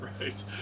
Right